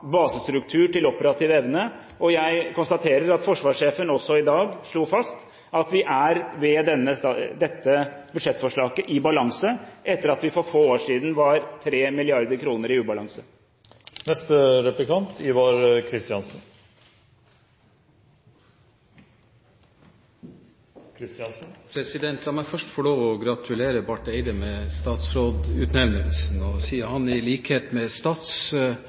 basestruktur til operativ evne. Jeg konstaterer at forsvarssjefen også i dag slo fast at vi ved dette budsjettforslaget er i balanse, etter at vi for få år siden var 3 mrd. kr i ubalanse. La meg først få lov til å gratulere Barth Eide med statsrådsutnevnelsen og si at han, i likhet med